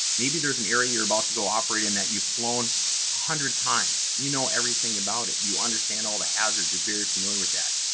maybe, there's an area you're about to go operate in that you've flown a hundred times. you know everything about it. you understand all the hazards. you're very familiar with that.